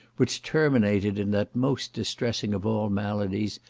which terminated in that most distressing of all maladies,